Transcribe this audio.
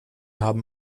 haben